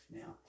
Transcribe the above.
Now